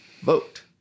vote